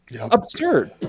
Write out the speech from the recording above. Absurd